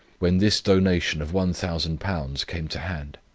when this donation of one thousand pounds came to hand.